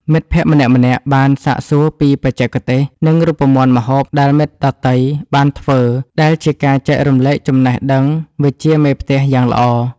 មិត្តភក្តិម្នាក់ៗបានសាកសួរពីបច្ចេកទេស និងរូបមន្តម្ហូបដែលមិត្តដទៃបានធ្វើ ដែលជាការចែករំលែកចំណេះដឹងវិជ្ជាមេផ្ទះយ៉ាងល្អ។